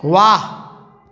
वाह